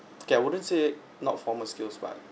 okay I wouldn't say not formal skills but